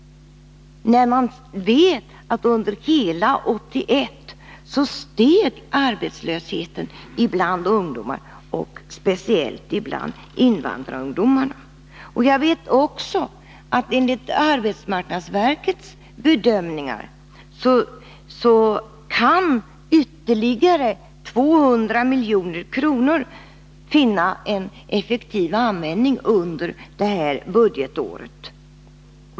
Man vet ju att arbetslösheten bland ungdomar steg under hela 1981, speciellt bland invandrarungdomarna. Jag vet också att enligt arbetsmarknadsverkets bedömningar ytterligare 200 milj.kr. kan finna en effektiv användning under detta budgetår.